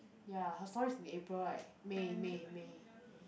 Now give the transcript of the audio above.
ya her story is in april right may may may